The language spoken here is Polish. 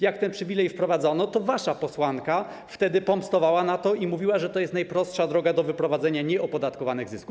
Jak ten przywilej wprowadzono, to wasza posłanka wtedy pomstowała na to i mówiła, że to jest najprostsza droga do wyprowadzenia nieopodatkowanych zysków.